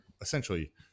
essentially